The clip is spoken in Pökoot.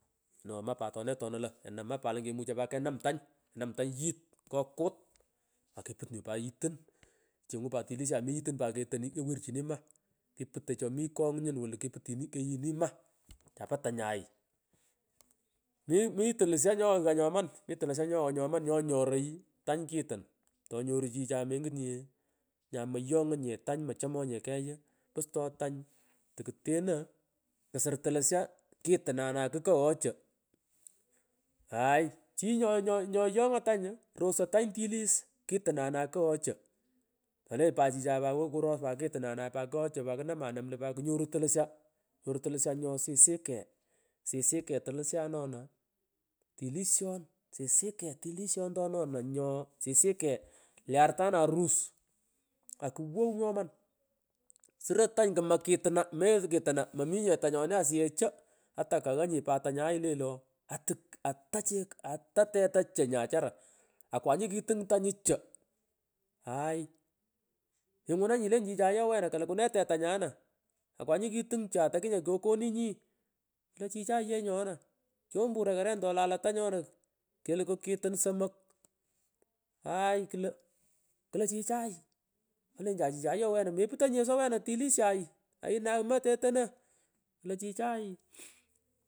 Kinoghoy ma tole tona lo, kena ma tomucho kenap tany kenam tany yil ngo kut akeput nyu pat yitun, kechenguy pat tilis chaminyitun ketoniy ketoirchini ma, keputoy chemi konyun wolu keputwini keghini ma chapo tangay mi mi tulisha nyonga nyomanimi tuliska nyonga ngoman nyo nyooy tany kitun, tanyoru chichay mengut nye, inyamayongou nye tany mochomoy nye kegh uu pustay tany tokutano ksur tulisha kitunanay kukoghoi chongalan pich any chi nyo nyoyongoy tanyu rosoy tany tilis kilunanay koghoy cho, toleny pat chichay wo kuros pat kitunanay pat koghoy cha pata knamamanam lo put kunyoru tulisha, nyoru tulisha nyo sisike, sisike tulishanona tilishori sisike tulishanona nyo sisike le artany vus akuwaw nyoman, sio tanya kama kituna, meghoy kituna mominye asayeh cho ata kaghanyi pat tanyae ilenyi io atuu ala chek ata teta cho nyachara akwanyi kitung tanyu cho aay ngalan pich ingunangi ileeju chichay ayo wena kalukune teta nyana akwanyi kituny cho atakinya kyokonunyi klo chichay yenyu nona kompurori korena, wialo tany nyona kiluko kituri somok, aay klo, klo olensian chichay ayo wena meputonyi nfeso tilis chay ainagh ma tetono klo chichay iiikutotenga tnyon.